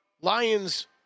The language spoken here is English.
Lions